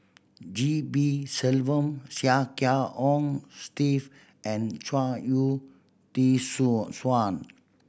G P Selvam Chia Kiah Hong Steve and Chuang Hui T